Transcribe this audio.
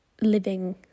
living